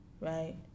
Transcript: right